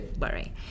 worry